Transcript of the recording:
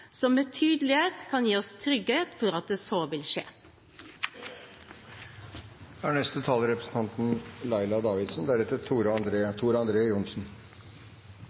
som med tydelighet kan gi oss trygghet for at så vil